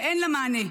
שאין לה מענה.